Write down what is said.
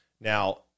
Now